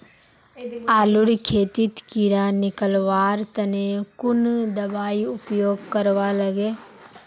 आलूर खेतीत कीड़ा निकलवार तने कुन दबाई उपयोग करवा लगे?